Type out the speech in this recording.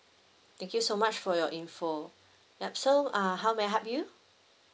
thank you so much for your info yup so uh how may I help you